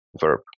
verb